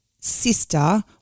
sister